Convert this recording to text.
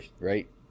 right